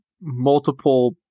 multiple